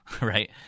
right